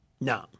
No